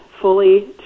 fully